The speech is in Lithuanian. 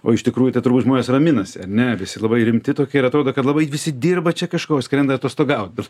o iš tikrųjų tai turbūt žmonės raminasi ar ne visi labai rimti tokie ir atrodo kad labai visi dirba čia kažko o skrenda atostogaut bet